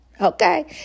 Okay